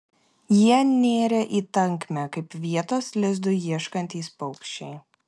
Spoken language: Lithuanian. jie nėrė į tankmę kaip vietos lizdui ieškantys paukščiai